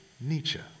Nietzsche